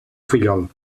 fillol